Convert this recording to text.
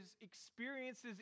experiences